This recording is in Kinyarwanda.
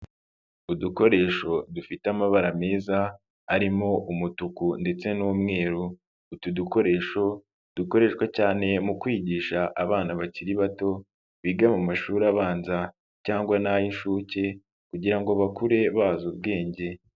Udukoresho dufite amabara meza arimo umutuku ndetse n'umweru utu dukoresho dukoreshwa cyane mu kwigisha abana bakiri bato biga mu mashuri abanza cyangwa nay' inshuke kugira ngo bakure bazi ubwenge.